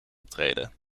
optreden